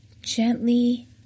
gently